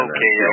Okay